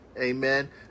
Amen